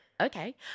okay